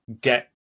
get